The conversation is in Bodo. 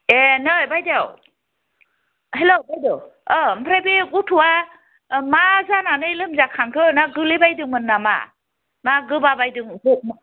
ए नै बायदेव हेल' बायदेव अ ओमफ्राय गथ'आ मा जानानै लोमजाखांखो ना गोलैबायदोंमोन नामा ना गोबाबायदोंमोन